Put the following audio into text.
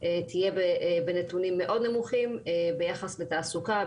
תהיה בנתונים מאוד נמוכים ביחס לתעסוקה,